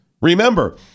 Remember